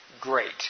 Great